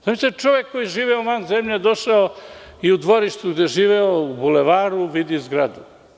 Zamislite čovek koji je živeo van zemlje došao i u dvorištu gde je živeo u Bulevaru, vidi zgradu.